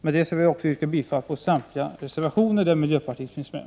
Med detta yrkar jag bifall till samtliga reservationer där miljöpartiet finns med.